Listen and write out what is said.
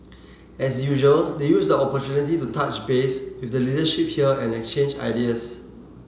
as usual they used the opportunity to touch base with the leadership here and exchange ideas